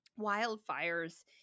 wildfires